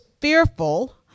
fearful